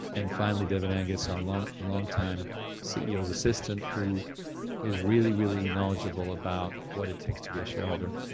and finally, devin angus, our long long time ceo's assistant who is really, really knowledgeable about what it takes to be a shareholder.